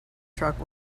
truck